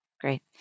great